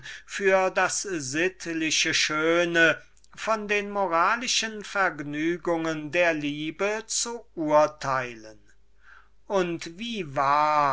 für das sittliche schöne von den moralischen vergnügungen der liebe zu urteilen und wie wahr